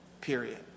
period